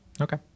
Okay